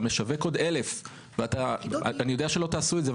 משווק עוד 1,000. אני יודע שלא תעשו את זה,